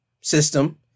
system